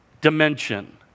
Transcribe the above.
dimension